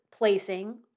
Placing